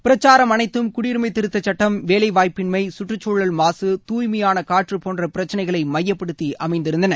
பிரச்சாரம் அனைத்தம் குடியுரிமை திருத்தச்சுட்டம் வேலைவாய்ப்பின்னை குற்றுச்சூழல் மாக துாய்மையான காற்று போன்ற பிரச்சினைகளை மையப்படுத்தி அமைந்திருந்தன